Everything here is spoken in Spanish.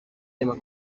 tema